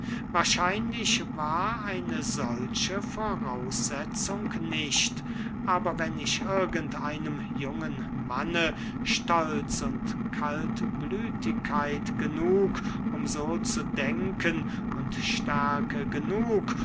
wahrscheinlich war eine solche voraussetzung nicht aber wenn ich irgend einem jungen manne stolz und kaltblütigkeit genug um so zu denken und stärke genug